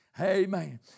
amen